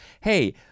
hey